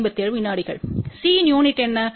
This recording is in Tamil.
C இன் யுனிட் என்ன